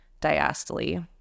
diastole